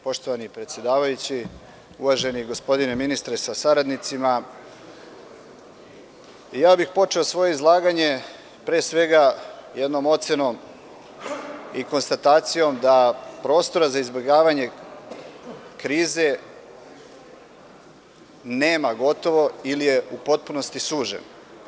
Poštovani predsedavajući, uvaženi gospodine ministre sa saradnicima, počeo bih svoje izlaganje pre svega jednom ocenom i konstatacijom da prostora za izbegavanje krize gotovo nema ili je u potpunosti sužena.